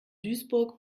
duisburg